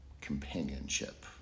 companionship